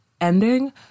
ending